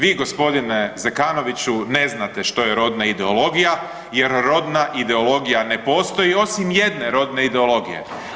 Vi gospodine Zekanovniću ne znate što je rodna ideologija jer rodna ideologija ne postoji osim jedne rodne ideologije.